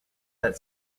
that